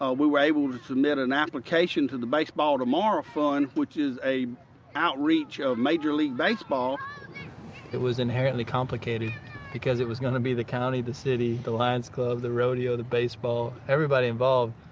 ah we were able to submit an application to the baseball tomorrow fund, which is an outreach of major league baseball it was inherently complicated because it was going to be the county, the city, the lion's club, the rodeo, the baseball, everybody involved.